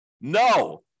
No